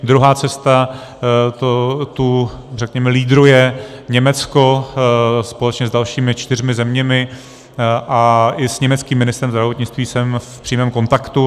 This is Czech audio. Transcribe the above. Druhá cesta, tu řekněme lídruje Německo společně s dalšími čtyřmi zeměmi a i s německým ministrem zdravotnictví jsem v přímém kontaktu.